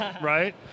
right